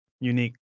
Unique